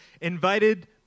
invited